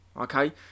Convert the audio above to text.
okay